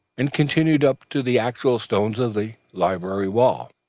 and continued up to the actual stones of the library wall.